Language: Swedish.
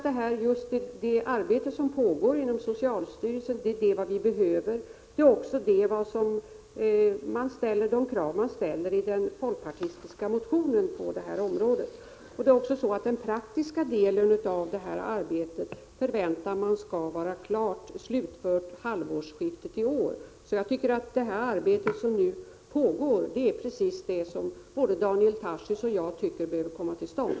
Det arbete som pågår inom socialstyrelsen är det som vi behöver, och det är vad man kräver i den folkpartistiska partimotionen. Den praktiska delen av detta arbete förväntas vara slutfört vid halvårsskiftet i år. Jag anser att det arbete som nu pågår är precis det som både Daniel Tarschys och jag tycker behöver komma till stånd.